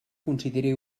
consideri